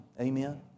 Amen